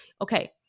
okay